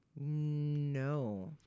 No